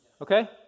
Okay